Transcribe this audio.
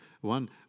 one